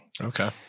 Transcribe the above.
Okay